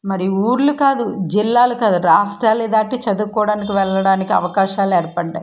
మరి ఊళ్ళు కాదు జిల్లాలు కాదు రాష్ట్రాలు దాటి చదువుకోవడానికి వెళ్ళడానికి అవకాశాలు ఏర్పడినాయి